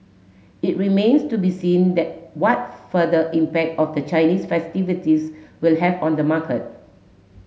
it remains to be seen that what further impact of the Chinese festivities will have on the market